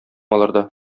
аларда